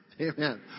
Amen